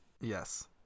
Yes